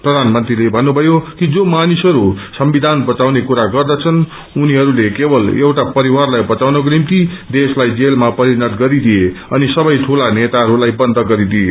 प्रधानमन्त्रीले भक्तपयो कि जो मानिसहरू संविधान बघाउने कुरा गर्दछन् उनीहरूले केवल एउटा परिवारलाई बचाउनको निम्ति देशलाई जेलमा परिणत गरिदिए अनि सबै ठूला नेताहस्लाई बन्द गरिदिए